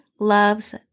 loves